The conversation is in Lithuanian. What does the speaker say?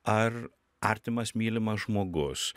ar artimas mylimas žmogus